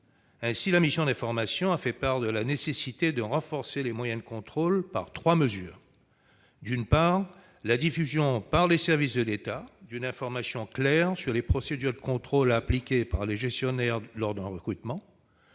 Ainsi, la mission d'information a fait part de la nécessité de renforcer les moyens de contrôle en mettant en oeuvre trois mesures : la diffusion par les services de l'État d'une information claire sur les procédures de contrôle à appliquer par les gestionnaires lors d'un recrutement